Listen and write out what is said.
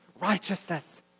righteousness